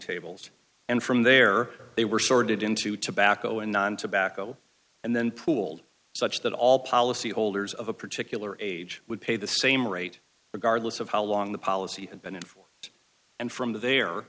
tables and from there they were sorted into tobacco and non tobacco and then pooled such that all policyholders of a particular age would pay the same rate regardless of how long the policy had been in and from their